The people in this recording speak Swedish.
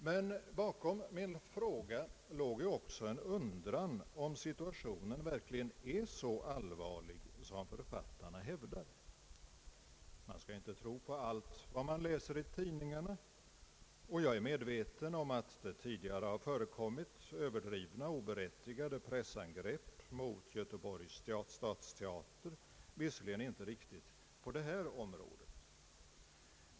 Men bakom min fråga ligger ju också en undran, om situationen verkligen är så allvarlig som författarna hävdar. Man skall inte tro på allt som man läser i tidningarna, och jag är medveten om att det tidigare har förekommit överdrivna och oberättigade pressangrepp mot Göteborgs stadsteater, fastän inte riktigt på detta område.